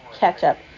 ketchup